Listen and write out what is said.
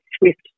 swift